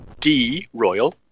droyal